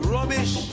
Rubbish